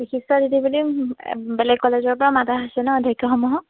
বিশিষ্ট যদি বুলি বেলেগ কলেজৰ পৰা মাতা আছে ন অধ্যক্ষসমূহক